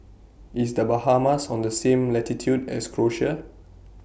IS The Bahamas on The same latitude as Croatia